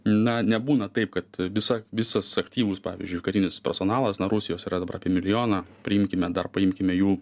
na nebūna taip kad visa visas aktyvus pavyzdžiui karinis personalas na rusijos yra dabar apie milijoną priimkime dar paimkime jų